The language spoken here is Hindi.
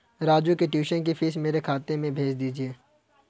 राजू के ट्यूशन की फीस मेरे खाते में भेज दीजिए